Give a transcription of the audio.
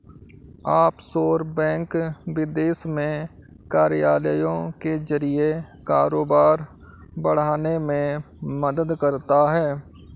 offshore bank विदेश में कार्यालयों के जरिए कारोबार बढ़ाने में मदद करता है